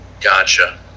Gotcha